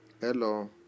Hello